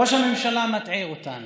ראש הממשלה מטעה אותנו.